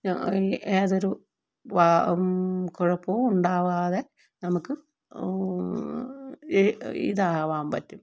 ഈ അതൊരു വാ കുഴപ്പവും ഉണ്ടാകാതെ നമുക്ക് ഇ ഇതാകാം പറ്റും